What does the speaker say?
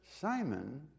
Simon